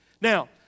Now